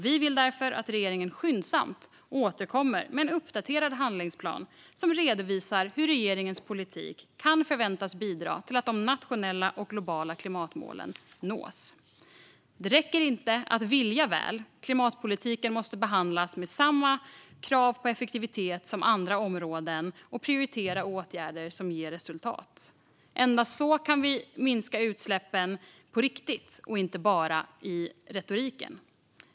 Vi vill därför att regeringen skyndsamt återkommer med en uppdaterad handlingsplan som redovisar hur regeringens politik kan förväntas bidra till att de nationella och globala klimatmålen nås. Det räcker inte att vilja väl. Klimatpolitiken måste behandlas med samma krav på effektivitet som andra områden och prioritera åtgärder som ger resultat. Endast så kan vi minska utsläppen på riktigt och inte bara i retoriken.